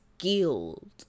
skilled